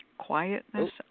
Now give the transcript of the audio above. Quietness